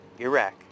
Iraq